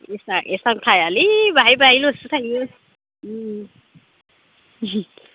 एसां थायालै बाहाय बाहायलसो थाङो